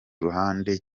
ruhande